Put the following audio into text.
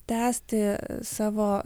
tęsti savo